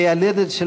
המיילדת של